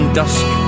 dusk